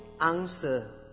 answer